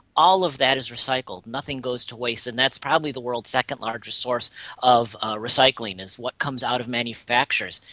all of that is recycled, nothing goes to waste, and that's probably the world's second largest source of ah recycling, is what comes out of manufacturers.